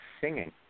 singing